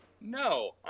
no